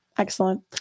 Excellent